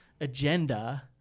agenda